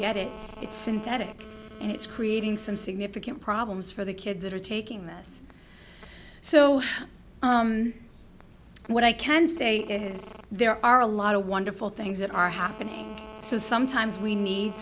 get it it's synthetic and it's creating some significant problems for the kids that are taking this so what i can say is there are a lot of wonderful things that are happening so sometimes we need